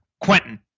Quentin